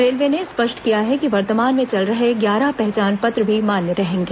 railway ने स्पष्ट किया है कि वर्तमान में चल रहे ग्यारह पहचान पत्र भी मान्य रहेंगे